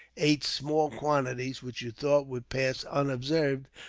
ate small quantities, which you thought would pass unobserved,